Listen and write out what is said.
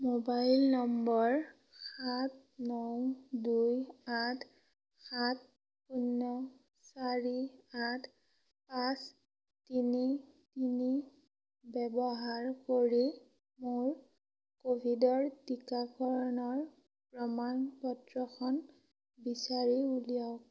mobile নম্বৰ সাত ন দুই আঠ সাত শূন্য চাৰি আঠ পাঁচ তিনি তিনি ব্যৱহাৰ কৰি মোৰ ক'ভিডৰ টিকাকৰণৰ প্ৰমাণ পত্ৰখন বিচাৰি উলিয়াওক